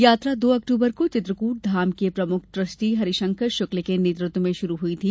यात्रा दो अक्टूबर को चित्रकूट धाम के प्रमुख ट्रस्टी हरिशंकर शुक्ल के नेतृत्व में शुरू हयी थी